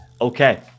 okay